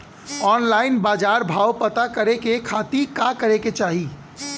Online बाजार भाव पता करे के खाती का करे के चाही?